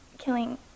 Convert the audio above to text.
killing